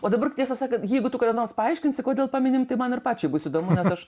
o dabar tiesą sakant jeigu tu kada nors paaiškinsi kodėl paminim tai man ir pačiai bus įdomu nes aš